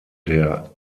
der